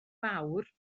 fawr